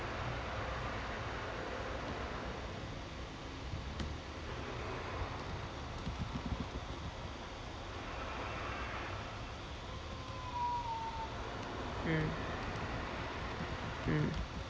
mm mm